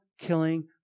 killing